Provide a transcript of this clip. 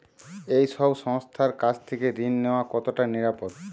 এই সব সংস্থার কাছ থেকে ঋণ নেওয়া কতটা নিরাপদ?